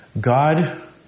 God